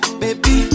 baby